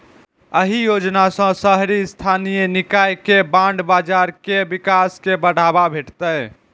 एहि योजना सं शहरी स्थानीय निकाय के बांड बाजार के विकास कें बढ़ावा भेटतै